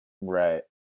right